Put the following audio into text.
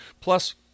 plus